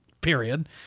Period